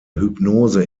hypnose